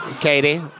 Katie